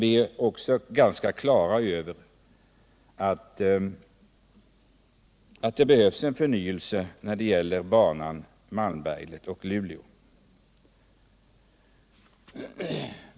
Vi är alltså helt på det klara med att banan behöver förnyas på sträckan Malmberget-Luleå.